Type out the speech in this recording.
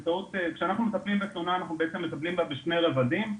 כשאנחנו מטפלים בתלונה אנחנו בעצם מטפלים בה בשני רבדים.